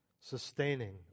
Sustaining